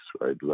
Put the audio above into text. right